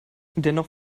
dennoch